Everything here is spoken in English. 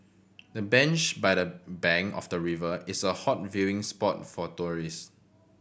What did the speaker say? the bench by the bank of the river is a hot viewing spot for tourist